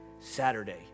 Saturday